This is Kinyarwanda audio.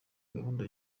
gahunda